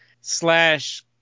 slash